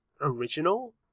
original